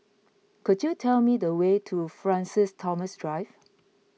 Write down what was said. could you tell me the way to Francis Thomas Drive